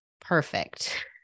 perfect